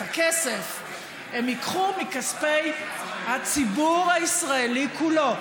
את הכסף הם ייקחו מכספי הציבור הישראלי כולו.